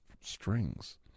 strings